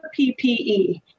PPE